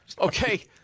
okay